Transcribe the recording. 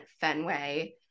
Fenway